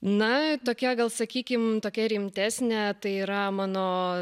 na tokia gal sakykim tokia rimtesnė tai yra mano